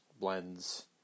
blends